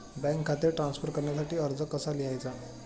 Bank खाते transfer करण्यासाठी अर्ज कसा लिहायचा?